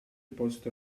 post